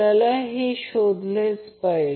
तर हे देखील आपण दाखवू शकतो